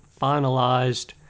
finalized